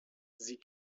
sie